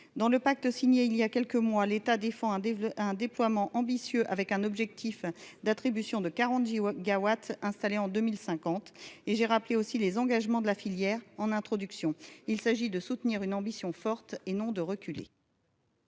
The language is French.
dans le pacte signé il y a quelques mois, l'État défend un déploiement ambitieux avec un objectif d'attribution de 40 Jiwa Gaouad installé en 2050 et j'ai rappelé aussi les engagements de la filière en introduction, il s'agit de soutenir une ambition forte et non de reculer.